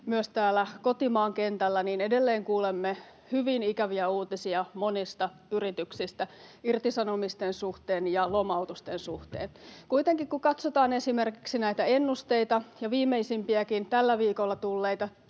myös täällä kotimaan kentällä edelleen kuulemme hyvin ikäviä uutisia monista yrityksistä irtisanomisten suhteen ja lomautusten suhteen. Kuitenkin, kun katsotaan esimerkiksi näitä ennusteita ja viimeisimpiäkin tällä viikolla tulleita